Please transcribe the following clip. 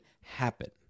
happen